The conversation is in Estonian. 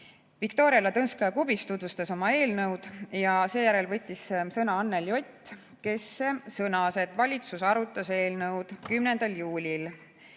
Viktoria Ladõnskaja-Kubits tutvustas oma eelnõu ja seejärel võttis sõna Anneli Ott, kes sõnas, et valitsus arutas eelnõu 10. juulil,